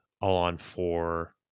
all-on-four